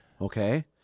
Okay